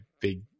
big